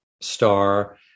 star